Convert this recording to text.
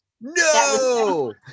No